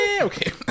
okay